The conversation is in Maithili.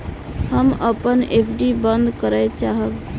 हम अपन एफ.डी बंद करय चाहब